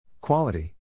Quality